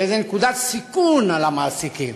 כאיזו נקודת סיכון למעסיקים,